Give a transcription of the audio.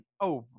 over